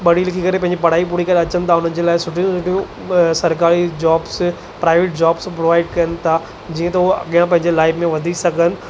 पढ़ी लिखी करे पंहिंजी पढ़ाई पूरी करे अचनि था उन्हनि जे लाइ सुठियूं सुठियूं अ सरकारी जॉब्स प्राइवेट जॉब्स प्रोवाइड कनि था जीअं त हू अॻियां पंहिंजी लाइफ़ में वधी सघनि